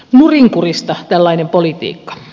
nurinkurista tällainen politiikka